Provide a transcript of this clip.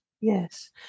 Yes